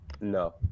No